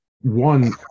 one